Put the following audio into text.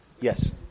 Yes